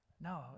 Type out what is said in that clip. No